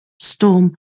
storm